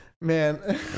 man